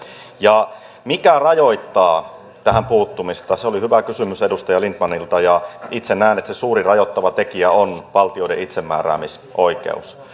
mikä rajoittaa tähän puuttumista se oli hyvä kysymys edustaja lindtmanilta itse näen että se suurin rajoittava tekijä on valtioiden itsemääräämisoikeus